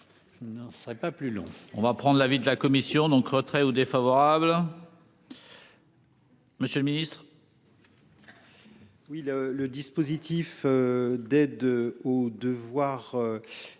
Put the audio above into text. ne serai pas plus long, on va prendre l'avis de la commission donc retrait ou défavorables. Monsieur le Ministre. Oui le le dispositif d'aide au devoir